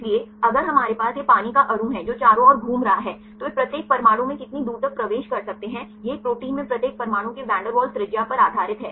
इसलिए अगर हमारे पास यह पानी का अणु है जो चारों ओर घूम रहा है तो वे प्रत्येक परमाणु में कितनी दूर तक प्रवेश कर सकते हैं यह एक प्रोटीन में प्रत्येक परमाणु के वैन डेर वाल्स त्रिज्या पर आधारित है